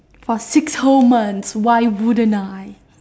for six whole months why wouldn't I